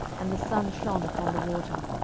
and the sun shone upon the water,